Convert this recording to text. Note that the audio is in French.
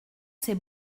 ses